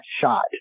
shot